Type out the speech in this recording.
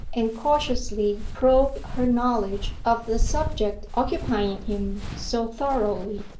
and cautiously probe her knowledge of the subject occupying him so thoroughly.